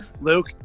Luke